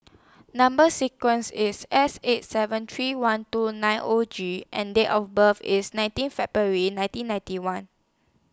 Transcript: Number sequence IS S eight seven three one two nine O G and Date of birth IS nineteen February nineteen ninety one